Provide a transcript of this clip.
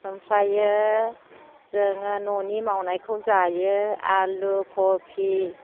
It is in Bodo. आमफ्रायो जोङो न'नि मावनायखौ जायो आलु कफि